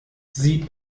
sie